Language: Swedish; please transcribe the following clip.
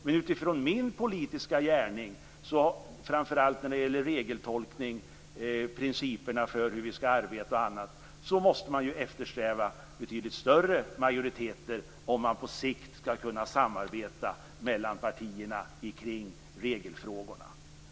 Men utifrån min politiska gärning, framför allt när det gäller regeltolkning, principerna för hur vi skall arbeta och annat, måste man eftersträva betydligt större majoriteter om man på sikt skall kunna samarbeta mellan partierna kring regelfrågorna.